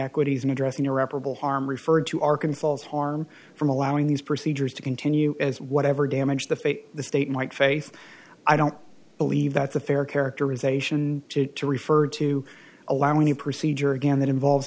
equities in addressing irreparable harm referred to arkansas as harm from allowing these procedures to continue as whatever damage the fate the state might face i don't believe that's a fair characterization to refer to allow any procedure again that involves